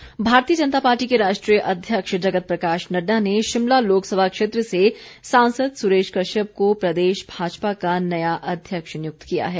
अध्यक्ष भारतीय जनता पार्टी के राष्ट्रीय अध्यक्ष जगत प्रकाश नड़डा ने शिमला लोकसभा क्षेत्र से सांसद सुरेश कश्यप को प्रदेश भाजपा का नया अध्यक्ष नियुक्त किया है